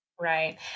right